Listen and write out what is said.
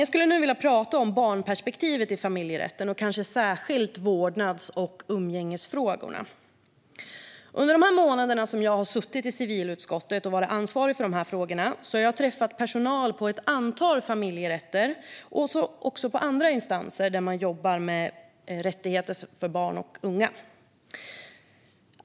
Jag skulle nu vilja tala om barnperspektivet i familjerätten, och kanske särskilt om vårdnads och umgängesfrågorna. Under de månader jag har suttit i civilutskottet och varit ansvarig för de här frågorna har jag träffat personal på ett antal familjerätter och i andra instanser där man jobbar med rättigheter för barn och unga.